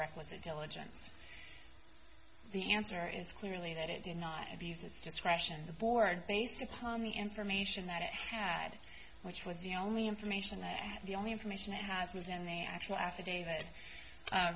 requisite diligence the answer is clearly that it did not abuse its just question the board based upon the information that it had which was the only information i had the only information it has was and they actual affidavit